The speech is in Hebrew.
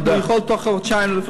הוא יכול בתוך חודשיים,